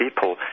people